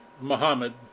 Muhammad